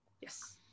Yes